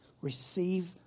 Receive